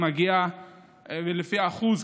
לפי האחוז,